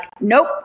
nope